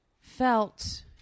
felt